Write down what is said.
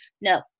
No